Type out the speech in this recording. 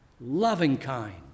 loving-kind